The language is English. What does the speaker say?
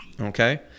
okay